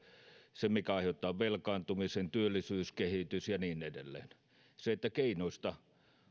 se mikä aiheuttaa velkaantumisen työllisyyskehitys ja niin edelleen keinoista